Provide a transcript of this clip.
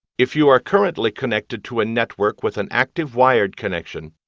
if you are currently connected to a network with an active wired connection,